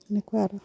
এনেকুৱা